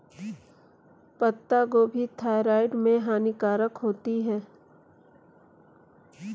पत्ता गोभी थायराइड में हानिकारक होती है